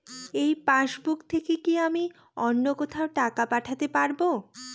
এই পাসবুক থেকে কি আমি অন্য কোথাও টাকা পাঠাতে পারব?